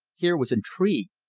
here was intrigue,